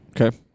Okay